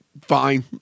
Fine